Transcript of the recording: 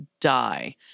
die